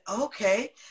okay